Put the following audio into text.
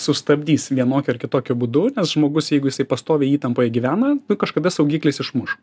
sustabdys vienokiu ar kitokiu būdu nes žmogus jeigu jisai pastoviai įtampoje gyvena kažkada saugiklis išmuš